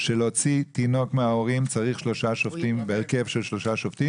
שלהוציא תינוק מההורים צריכים בהרכב של שלושה שופטים.